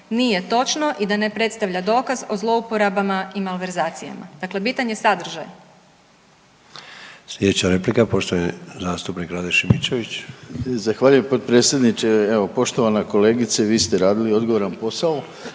nije točno i da ne predstavlja dokaz o zlouporabama i malverzacijama. Dakle, bitan je sadržaj. **Sanader, Ante (HDZ)** Sljedeća replika poštovani zastupnik Rade Šimičević. **Šimičević, Rade (HDZ)** Zahvaljujem potpredsjedniče. Evo poštovana kolegice vi ste radili odgovoran posao